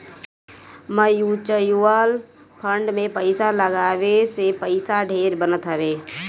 mutual fund में पईसा लगावे से पईसा ढेर बनत हवे